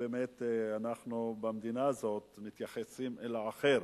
איך מתייחסים לאחר,